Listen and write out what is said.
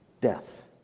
death